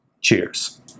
Cheers